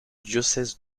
diocèse